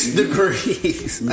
degrees